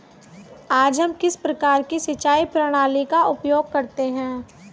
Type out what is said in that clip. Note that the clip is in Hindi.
आज हम किस प्रकार की सिंचाई प्रणाली का उपयोग करते हैं?